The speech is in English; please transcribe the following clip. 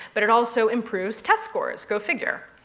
but it also improves test scores. go figure.